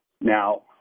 Now